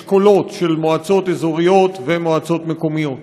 אשכולות של מועצות אזוריות ומועצות מקומיות,